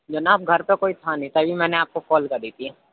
جناب گھر پہ کوئی تھا نہیں تبھی میں نے آپ کو کال کری تھی